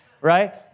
right